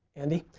andy.